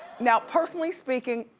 now personally speaking,